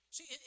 See